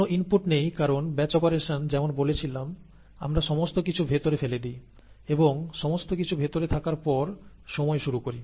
কোন ইনপুট নেই কারণ ব্যাচ অপারেশন যেমন বলেছিলাম আমরা সমস্ত কিছু ভেতরে ফেলে দিই এবং সমস্ত কিছু ভেতরে থাকার পর সময় শুরু করি